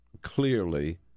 clearly